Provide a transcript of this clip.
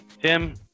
Tim